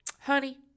Honey